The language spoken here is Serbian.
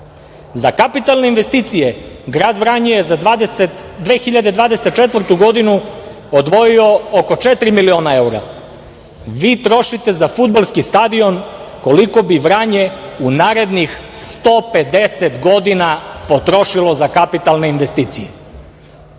Za kapitalne investicije je za 2024. godinu odvojio oko četiri miliona evra, a vi trošite za fudbalski stadion koliko bi Vranje u narednih 150 godina potrošilo za kapitalne investicije. Te